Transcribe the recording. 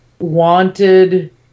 wanted